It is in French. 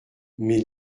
mais